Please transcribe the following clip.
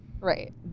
Right